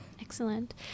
excellent